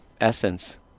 essence